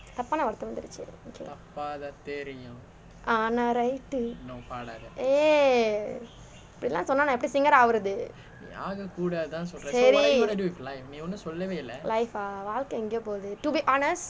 தப்பான வார்த்தை வந்துருச்சு ஆனா:thappaana vaarthai vanthuruchu right eh இப்படி எல்லாம் சொன்னா நான் எப்படி:ippadi ellaam sonnaa naan eppadi singer ஆவுறது சரி:aavurathu sari life ah வாழ்க்கை எங்கேயோ போகுது:vaalkai engayo pokuthu to be honest